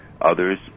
others